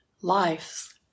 lives